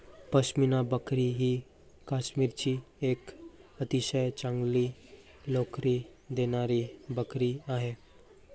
पश्मिना बकरी ही काश्मीरची एक अतिशय चांगली लोकरी देणारी बकरी आहे